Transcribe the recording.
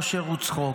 אושר וצחוק.